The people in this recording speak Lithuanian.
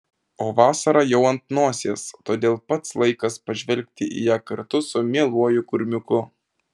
o vasara jau ant nosies todėl pats laikas pažvelgti į ją kartu su mieluoju kurmiuku